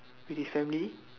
with his family